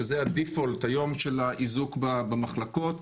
שזה הדיפולט היום של האיזוק במחלקות.